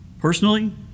Personally